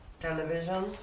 television